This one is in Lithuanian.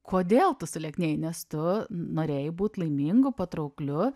kodėl tu suliekėjai nes tu norėjai būt laimingu patraukliu